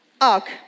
Og